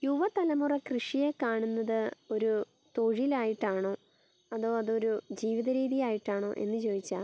യുവതലമുറ കൃഷിയെ കാണുന്നത് ഒരു തൊഴിലായിട്ടാണോ അതോ അതൊരു ജീവിത രീതിയായിട്ടാണോ എന്ന് ചോദിച്ചാൽ